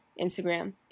Instagram